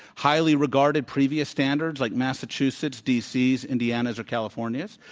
highly regarded previous standards like massachusetts', d. c. s, indiana's, or california's,